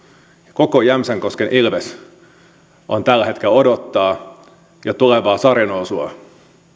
koko jämsänkosken ilves tällä hetkellä odottaa jo tulevaa sarjanousua